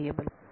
पाच व्हेरिएबल